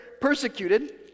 Persecuted